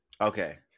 Okay